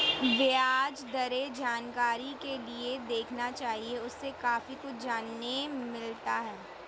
ब्याज दरें जानकारी के लिए देखना चाहिए, उससे काफी कुछ जानने मिलता है